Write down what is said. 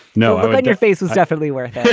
no. but your face is definitely worth